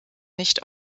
nicht